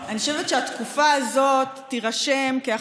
אז ניפגש, חבר הכנסת כסיף, חבר הכנסת כסיף.